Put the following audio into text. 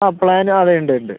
ആ പ്ലാൻ അതെ ഉണ്ട് ഉണ്ട്